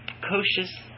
precocious